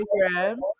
programs